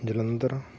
Jalandhar